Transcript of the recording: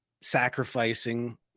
sacrificing